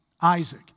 Isaac